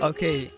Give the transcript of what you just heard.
Okay